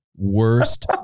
worst